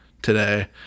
today